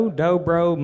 dobro